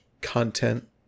content